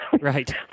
Right